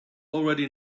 already